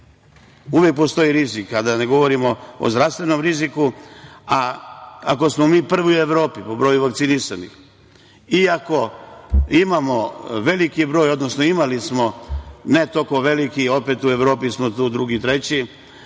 Uvek postoji rizik, a da ne govorimo o zdravstvenom riziku. Ako smo prvi u Evropi po broju vakcinisanih i ako imamo veliki broj, odnosno imali smo, ne toliko veliki, opet u Evropi smo drugi, treći,